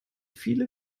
viele